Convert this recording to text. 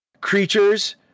creatures